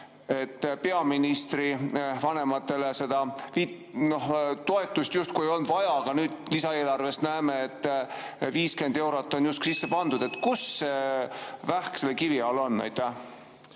peaministri vanematele seda toetust justkui ei olnud vaja, aga nüüd lisaeelarvest näeme, et 50 eurot on justkui sisse pandud. Kus kivi all